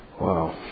Wow